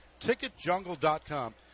Ticketjungle.com